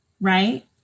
right